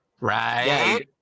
Right